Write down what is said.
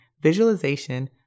visualization